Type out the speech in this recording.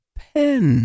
pen